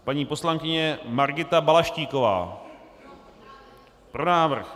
Paní poslankyně Margita Balaštíková: Pro návrh.